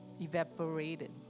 evaporated